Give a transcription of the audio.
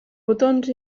botons